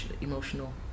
Emotional